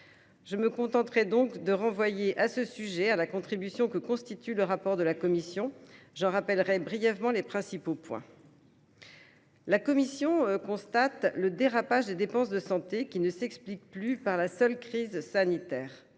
Je me contenterai donc de renvoyer sur ce sujet à la contribution que constitue le rapport de la commission, dont je rappellerai brièvement les principaux points. La commission constate le dérapage des dépenses de santé, qui ne s’explique plus par la seule crise sanitaire.